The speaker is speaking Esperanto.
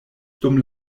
dum